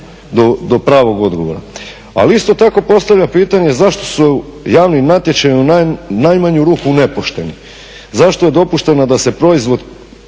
do pravog odgovora. Ali isto tako postavljam pitanje zašto su javni natječaji u najmanju ruku nepošteni, zašto je dopušteno da se proizvod